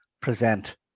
present